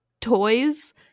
toys